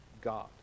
God